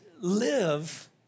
live